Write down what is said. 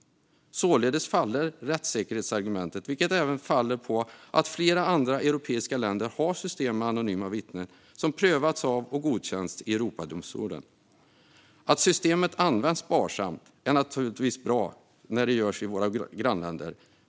Således faller rättssäkerhetsargumentet, vilket även faller på att flera andra europeiska länder har system med anonyma vittnen som prövats av och godkänts i Europadomstolen. Att systemet använts sparsamt i våra grannländer är naturligtvis bra.